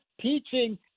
teaching